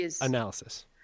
Analysis